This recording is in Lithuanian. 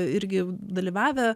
irgi dalyvavę